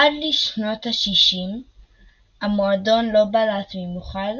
עד לשנות ה-60 המועדון לא בלט במיוחד,